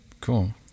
Cool